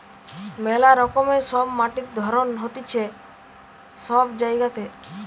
মেলা রকমের সব মাটির ধরণ হতিছে সব জায়গাতে